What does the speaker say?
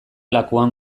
lakuan